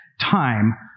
time